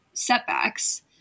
setbacks